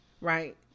right